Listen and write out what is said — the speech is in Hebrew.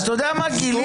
אז אתה יודע מה גיליתי?